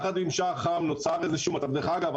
דרך אגב,